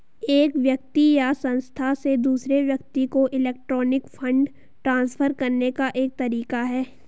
एक व्यक्ति या संस्था से दूसरे व्यक्ति को इलेक्ट्रॉनिक फ़ंड ट्रांसफ़र करने का एक तरीका है